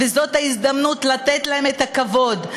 וזאת ההזדמנות לתת להם את הכבוד,